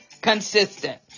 consistent